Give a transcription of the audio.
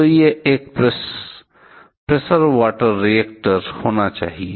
तो यह एक प्रेशर वाटर रिएक्टर होना चाहिए